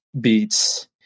beats